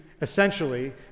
essentially